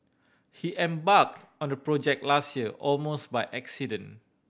he embarked on the project last year almost by accident